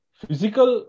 physical